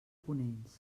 ponents